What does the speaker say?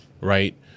right